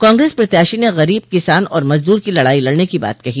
कांग्रेस प्रत्याशी ने गरीब किसान और मजदूर की लड़ाई लड़ने की बात कही